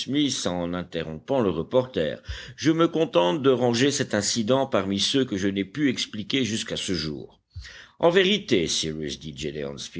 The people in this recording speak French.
en interrompant le reporter je me contente de ranger cet incident parmi ceux que je n'ai pu expliquer jusqu'à ce jour en vérité cyrus dit